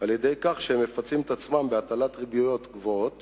על-ידי כך שהם מפצים את עצמם בהטלת ריביות גבוהות